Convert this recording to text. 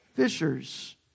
Fishers